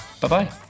Bye-bye